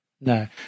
no